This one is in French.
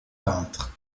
peintre